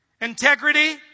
integrity